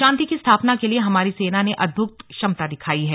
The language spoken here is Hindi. शांति की स्थापना के लिए हमारी सेना ने अदभुत क्षमता दिखाई है